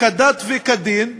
כדת וכדין,